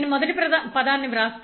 xxxxyyzzr5mxxr3 3m